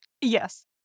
yes